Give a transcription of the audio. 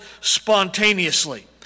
spontaneously